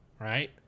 right